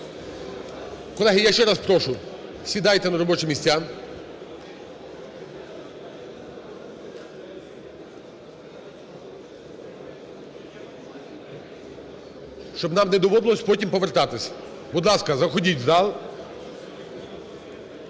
Колеги, я ще раз прошу, сідайте на робочі місця, щоб нам не доводилося потім повертатися. Будь ласка, заходьте у зал.